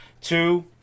Two